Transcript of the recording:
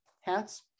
hats